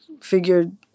figured